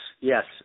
yes